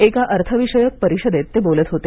एका अर्थ विषयक परिषदेत ते बोलत होते